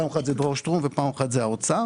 פעם אחת זה דרור שטרום ופעם אחת זה האוצר.